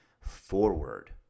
forward